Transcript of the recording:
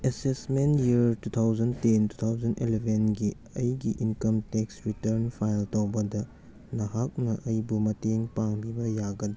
assessment year two thousand ten two thousand ꯑꯦꯂꯕꯦꯟꯒꯤ ꯑꯩꯒꯤ income tax return file ꯇꯧꯕꯗ ꯅꯍꯥꯛꯅ ꯑꯩꯕꯨ ꯃꯇꯦꯡ ꯄꯥꯡꯕꯤꯕ ꯌꯥꯒꯗ꯭ꯔ